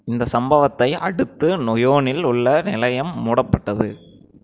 இந்தச் சம்பவத்தை அடுத்து நொயோனில் உள்ள நிலையம் மூடப்பட்டது